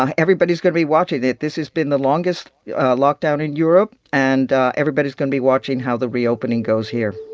ah everybody's going to be watching it. this has been the longest lockdown in europe, and everybody's going to be watching how the reopening goes here